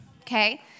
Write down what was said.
Okay